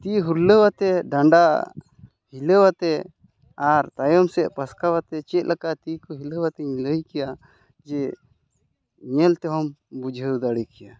ᱛᱤ ᱦᱩᱞᱟᱹᱣ ᱟᱛᱮ ᱰᱟᱸᱰᱟ ᱦᱤᱞᱟᱹᱣ ᱟᱛᱮ ᱟᱨ ᱛᱟᱭᱚᱢ ᱥᱮᱫ ᱯᱟᱥᱠᱟᱣ ᱟᱛᱮ ᱪᱮᱫ ᱞᱮᱠᱟ ᱛᱤ ᱠᱚ ᱦᱤᱞᱟᱹᱣ ᱟᱛᱮᱧ ᱞᱟᱹᱭ ᱠᱮᱭᱟ ᱡᱮ ᱧᱮᱞ ᱛᱮᱦᱚᱢ ᱵᱩᱡᱷᱟᱹᱣ ᱫᱟᱲᱮ ᱠᱮᱭᱟ